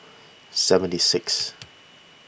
seventy sixth